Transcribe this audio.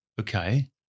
Okay